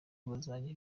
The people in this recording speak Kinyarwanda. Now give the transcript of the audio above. bizajya